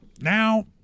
now